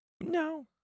No